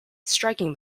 striking